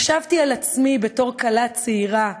חשבתי על עצמי בתור כלה צעירה,